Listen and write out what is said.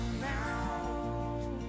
now